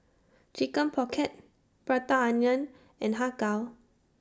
Chicken Pocket Prata Onion and Har Kow